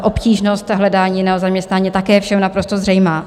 Obtížnost hledání zaměstnání je také všem naprosto zřejmá.